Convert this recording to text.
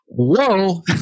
Whoa